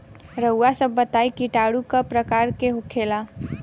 रउआ सभ बताई किटाणु क प्रकार के होखेला?